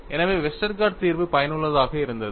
எனவே வெஸ்டர்கார்ட் தீர்வு பயனுள்ளதாக இருந்தது